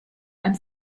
ein